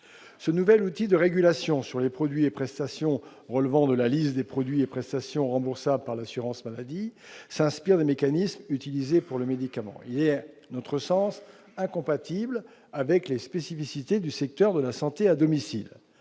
Ce nouvel outil de régulation sur les produits et prestations relevant de la liste des produits et prestations remboursables par l'assurance maladie s'inspire des mécanismes utilisés pour le médicament. Il est, à notre sens, incompatible avec les spécificités du secteur de la santé à domicile.